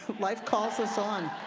life calls us on.